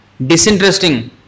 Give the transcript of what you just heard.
disinteresting